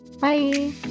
Bye